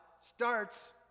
starts